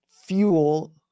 fuel